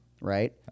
right